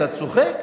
אתה צוחק?